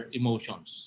emotions